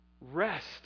rest